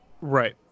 Right